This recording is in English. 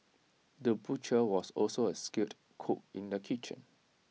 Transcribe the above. the butcher was also A skilled cook in the kitchen